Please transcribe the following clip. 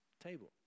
table